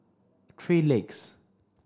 three Legs